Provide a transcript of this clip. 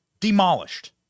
demolished